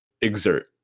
exert